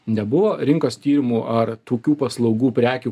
nebuvo rinkos tyrimų ar tokių paslaugų prekių